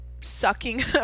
sucking